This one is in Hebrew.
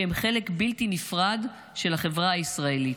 שהם חלק בלתי נפרד של החברה הישראלית: